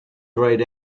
grayed